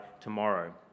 tomorrow